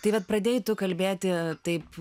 tai vat pradėjai tu kalbėti taip